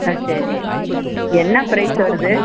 ஆ சரி என்ன ப்ரைஸ் வருது